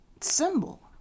symbol